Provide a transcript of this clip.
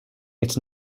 its